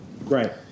right